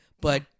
But-